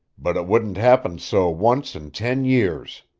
but it wouldn't happen so once in ten years.